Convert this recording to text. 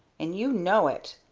and you know it.